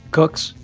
cooks,